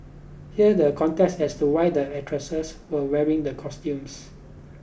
here the context as to why the actresses were wearing the costumes